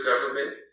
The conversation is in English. government